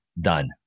done